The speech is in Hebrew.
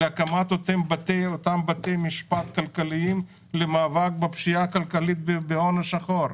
להקמת אותם בתי משפט כלכליים למאבק בפשיעה הכלכלית ובהון השחור.